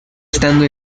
estando